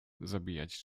zabijać